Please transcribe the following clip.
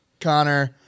Connor